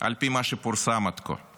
על פי מה שפורסם עד כה.